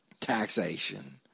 Taxation